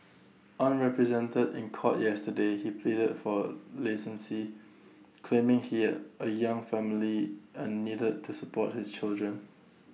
unrepresented in court yesterday he pleaded for claiming here A young family and needed to support his children